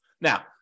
Now